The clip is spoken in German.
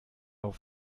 auf